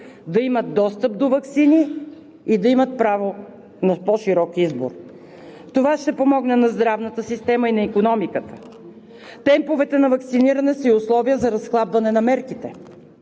да имат достъп до ваксини и да имат право на по-широк избор. Това ще помогне на здравната система и на икономиката. Темповете на ваксиниране са и условия за разхлабването на мерките,